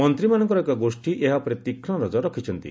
ମନ୍ତ୍ରୀମାନଙ୍କର ଏକ ଗୋଷୀ ଏହା ଉପରେ ତୀକ୍ଷ୍କ ନଜର ରଖିଛନ୍ତି